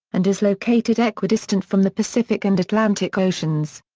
and is located equidistant from the pacific and atlantic oceans.